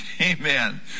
Amen